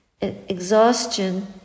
exhaustion